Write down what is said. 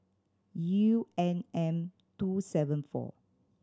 U N M two seven four